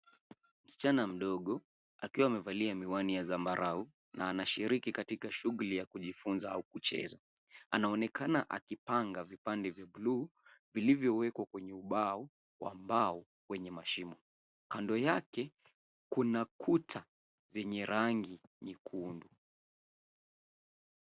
Msichana mdogo akiwa amevalia miwani ya zambarau na anashiriki katika shughuli ya kujifunza au kucheza. Anaonekana akipanga vipande vya blue vilivyowekwa kwenye ubao wa mbao wenye mashimo. Kando yake kuna kuta zenye rangi nyekundu.